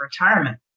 retirement